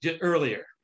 earlier